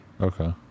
Okay